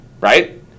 Right